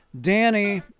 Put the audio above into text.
Danny